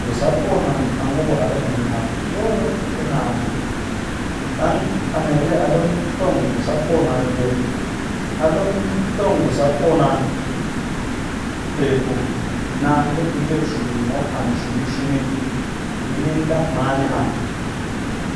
Ngu sat poo naan ar mini a ku kyor ku naan, ɗang a mee lee a ɗom tong ngu sat poo naan ɗii eh? A ɗom tong ngu sat poo naan, peku naan ɗi pɨ njep shukun mop an shini shini ɓe nin ɗak man ni an,